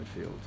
midfield